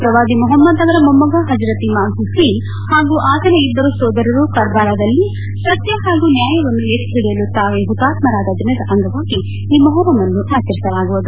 ಪ್ರವಾದಿ ಮಹಮ್ಮದ್ ಅವರ ಮೊಮ್ಮಗ ಹಜ್ರರತ್ ಇಮಾಮ್ ಹುಸೇನ್ ಹಾಗೂ ಅತನ ಇಬ್ಬರು ಸಹೋದರರು ಕರ್ಬಾಲದಲ್ಲಿ ಸತ್ಯ ಹಾಗೂ ನ್ಯಾಯವನ್ನು ಎತ್ತಿಹಿಡಿಯಲು ತಾವೇ ಹುತಾತ್ಮರಾದ ದಿನದ ಅಂಗವಾಗಿ ಈ ಮೊಹರಂ ಅನ್ನು ಆಚರಿಸಲಾಗುವುದು